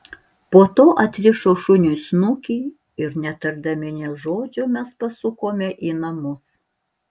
po to atrišo šuniui snukį ir netardami nė žodžio mes pasukome į namus